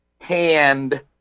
hand